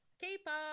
K-pop